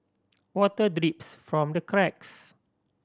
water drips from the cracks